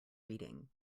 reading